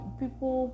people